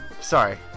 sorry